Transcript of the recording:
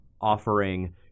offering